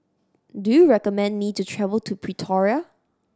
do you recommend me to travel to Pretoria